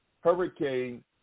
hurricane